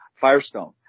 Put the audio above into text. firestone